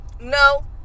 No